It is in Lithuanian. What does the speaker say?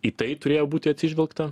į tai turėjo būti atsižvelgta